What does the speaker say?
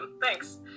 thanks